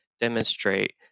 demonstrate